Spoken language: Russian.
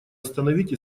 остановить